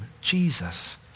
Jesus